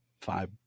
five